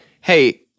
hey